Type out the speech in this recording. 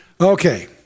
Okay